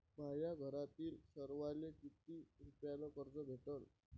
माह्या घरातील सर्वाले किती रुप्यान कर्ज भेटन?